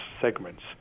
segments